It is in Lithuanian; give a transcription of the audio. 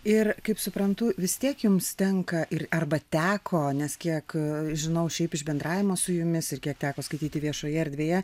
ir kaip suprantu vis tiek jums tenka ir arba teko nes kiek žinau šiaip iš bendravimo su jumis ir kiek teko skaityti viešoje erdvėje